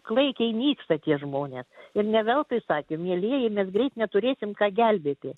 klaikiai nyksta tie žmonės ir ne veltui sakė mielieji mes greit neturėsim ką gelbėti